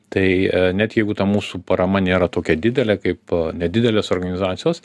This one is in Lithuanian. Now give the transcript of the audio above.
tai net jeigu ta mūsų parama nėra tokia didelė kaip nedidelės organizacijos